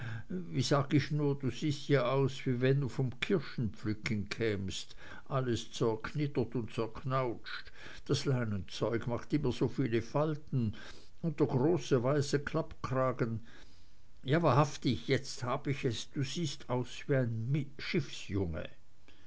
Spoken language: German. wie sag ich nur du siehst ja aus wie wenn du vom kirschenpflücken kämst alles zerknittert und zerknautscht das leinenzeug macht immer so viele falten und der große weiße klappkragen ja wahrhaftig jetzt hab ich es du siehst aus wie ein